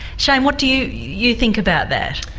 shane, what do you you think about that?